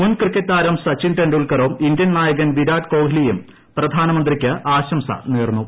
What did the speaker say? മുൻ ക്രിക്കറ്റ് താരം സച്ചിൻ ടെൻഡുൽക്കറും ഇന്ത്യൻ നായകൻ വിരാട് കോലിയും പ്രധാനമന്ത്രിയ്ക്ക് ആശംസ നേർന്നു